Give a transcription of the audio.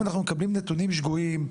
אם אנחנו מקבלים נתונים שגויים,